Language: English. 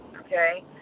okay